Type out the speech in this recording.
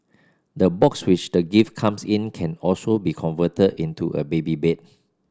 the box which the gift comes in can also be converted into a baby bed